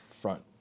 front